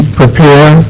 prepare